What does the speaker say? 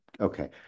Okay